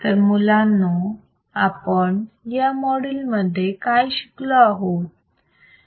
तर मुलांनो आपण या मॉड्यूल मध्ये काय शिकलो आहोत